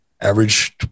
average